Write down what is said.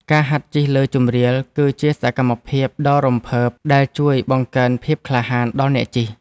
ការហាត់ជិះលើជម្រាល គឺជាសកម្មភាពដ៏រំភើបដែលជួយបង្កើនភាពក្លាហានដល់អ្នកជិះ។